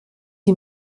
die